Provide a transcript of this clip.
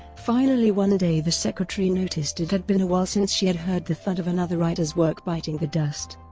finally one day the secretary noticed it had been a while since she had heard the thud of another writer's work biting the dust.